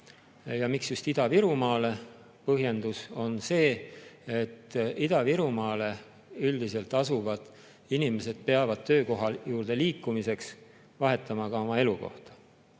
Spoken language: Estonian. Miks just Ida-Virumaale? Põhjendus on see, et Ida-Virumaale asuvad inimesed üldiselt peavad töökoha juurde liikumiseks vahetama ka oma elukohta.